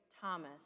Thomas